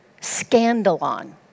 scandalon